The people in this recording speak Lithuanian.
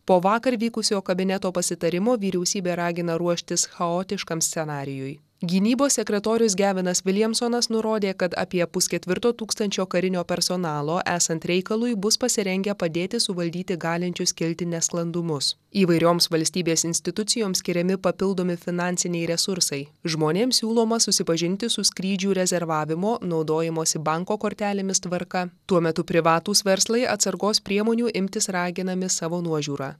po vakar vykusio kabineto pasitarimo vyriausybė ragina ruoštis chaotiškam scenarijui gynybos sekretorius gevinas viljemsonas nurodė kad apie pusketvirto tūkstančio karinio personalo esant reikalui bus pasirengę padėti suvaldyti galinčius kilti nesklandumus įvairioms valstybės institucijoms skiriami papildomi finansiniai resursai žmonėms siūloma susipažinti su skrydžių rezervavimo naudojimosi banko kortelėmis tvarka tuo metu privatūs verslai atsargos priemonių imtis raginami savo nuožiūra